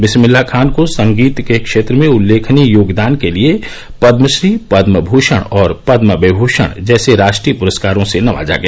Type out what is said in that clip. विस्मिल्लाह खान को संगीत के क्षेत्र में उल्लेखनीय योगदान के लिए पद्मश्री पद्मभूषण और पद्मविभूषण जैसे राष्ट्रीय पुरस्कारों से नवाजा गया